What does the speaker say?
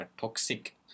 toxic